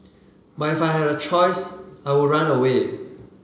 but if I had a choice I would run away